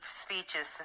speeches